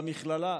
במכללה.